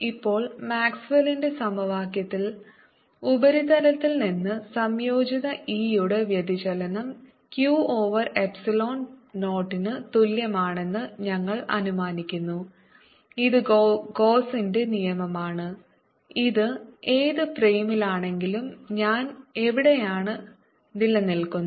ഇപ്പോൾ മാക്സ്വെൽ ന്റെ സമവാക്യത്തിൽ ഉപരിതലത്തിൽ നിന്ന് സംയോജിത E യുടെ വ്യതിചലനം q ഓവർ എപ്സിലോൺ 0 ന് തുല്യമാണെന്ന് ഞങ്ങൾ അനുമാനിക്കുന്നു ഇത് ഗോസ്സ് ന്റെ നിയമമാണ് ഇത് ഏത് ഫ്രെയിമിലാണെങ്കിലും ഞാൻ എവിടെയാണ് നിലനിൽക്കുന്നത്